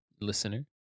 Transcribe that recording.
Listener